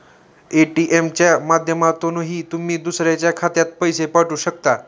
ATM च्या माध्यमातूनही तुम्ही दुसऱ्याच्या खात्यात पैसे पाठवू शकता